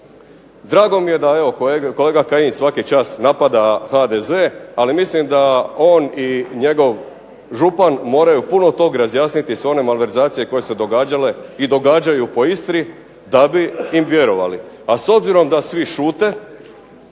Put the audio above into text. Drago mi je da evo kolega Kajin svaki čas napada HDZ, ali mislim da on i njegov župan moraju puno tog razjasniti, sve one malverzacije koje su se događala i događaju po Istri, da bi im vjerovali, a s obzirom da svi šute